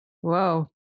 Whoa